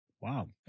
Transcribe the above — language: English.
Wow